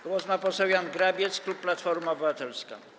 Głos ma poseł Jan Grabiec, klub Platforma Obywatelska.